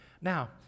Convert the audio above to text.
Now